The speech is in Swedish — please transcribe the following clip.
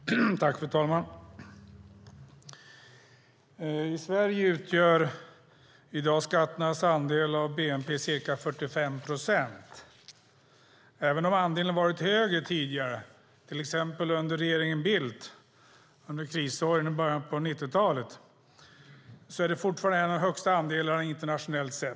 Fru talman! I Sverige utgör skatternas andel av bnp ca 45 procent. Även om andelen har varit högre tidigare, till exempel med regeringen Bildt under krisåren i början av 1990-talet, är det fortfarande en av de högsta andelarna internationellt sett.